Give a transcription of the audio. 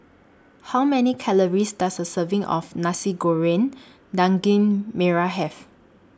How Many Calories Does A Serving of Nasi Goreng Daging Merah Have